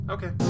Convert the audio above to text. Okay